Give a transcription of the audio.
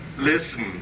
listen